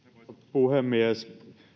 puhemies